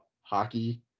hockey